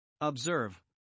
Observe